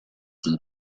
than